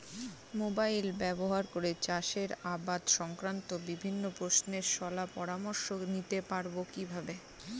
Mobile ব্যাবহার করে চাষের আবাদ সংক্রান্ত বিভিন্ন প্রশ্নের শলা পরামর্শ নিতে পারবো কিভাবে?